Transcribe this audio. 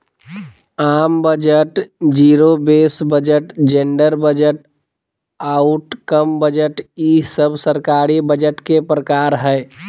आम budget, zero base budget, gender budget, outcome budget ई सब सरकारी बजट के प्रकार हय